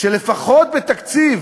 שלפחות בתקציב